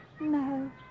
No